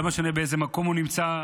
לא משנה באיזה מקום הוא נמצא.